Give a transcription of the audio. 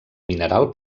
mineral